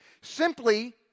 simply